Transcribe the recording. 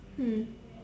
mm